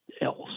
else